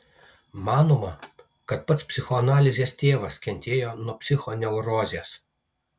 manoma kad pats psichoanalizės tėvas kentėjo nuo psichoneurozės